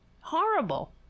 Horrible